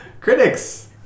Critics